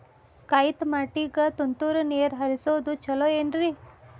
ಕಾಯಿತಮಾಟಿಗ ತುಂತುರ್ ನೇರ್ ಹರಿಸೋದು ಛಲೋ ಏನ್ರಿ?